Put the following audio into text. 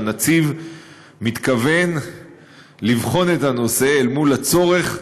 והנציב מתכוון לבחון את הנושא אל מול הצורך בשילוב,